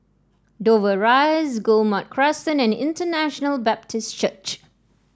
Dover Rise Guillemard Crescent and International Baptist Church